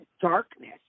darkness